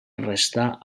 restà